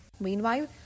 Meanwhile